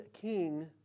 king